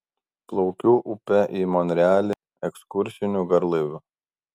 plaukiau upe į monrealį ekskursiniu garlaiviu